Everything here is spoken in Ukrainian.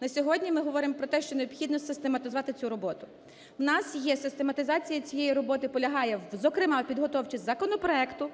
На сьогодні ми говоримо про те, що необхідно систематизувати цю роботу. В нас є… Систематизація цієї роботи полягає, зокрема, в підготовці законопроекту